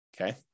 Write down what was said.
okay